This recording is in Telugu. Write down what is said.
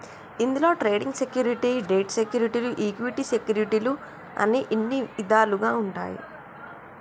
ఇందులో ట్రేడింగ్ సెక్యూరిటీ, డెట్ సెక్యూరిటీలు ఈక్విటీ సెక్యూరిటీలు అని ఇన్ని ఇదాలుగా ఉంటాయి